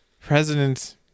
President